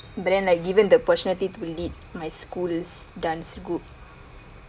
but then like given the opportunity to lead my school's dance group